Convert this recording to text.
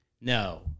No